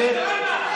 קריאה ראשונה.